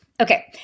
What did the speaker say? Okay